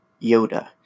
Yoda